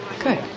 Good